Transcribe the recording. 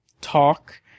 talk